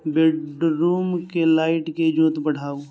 बेडरूमके लाइटके ईजोत बढ़ाउ